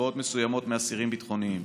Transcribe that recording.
קצבאות מסוימות מאסירים ביטחוניים.